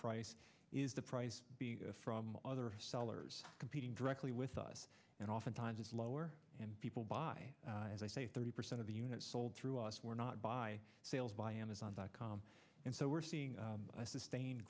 price is the price from other sellers competing directly with us and oftentimes it's lower and people buy as i say thirty percent of the units sold through us were not by sales by amazon dot com and so we're seeing sustained